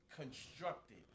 constructed